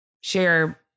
share